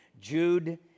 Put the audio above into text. Jude